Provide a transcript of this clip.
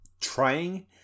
trying